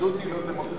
היהדות היא לא דמוקרטיה.